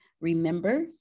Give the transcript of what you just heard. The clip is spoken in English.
Remember